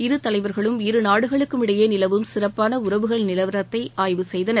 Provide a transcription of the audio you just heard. இரு தலைவர்களும் இருநாடுகளுக்கும் இடையே நிலவும் சிறப்பான உறவுகள் நிலவரத்தை ஆய்வு செய்தனர்